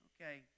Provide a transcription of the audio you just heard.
Okay